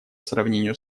сравнению